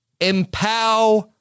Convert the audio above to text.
empower